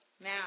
Now